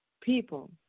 people